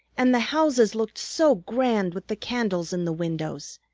and the houses looked so grand with the candles in the windows.